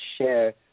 share